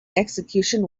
execution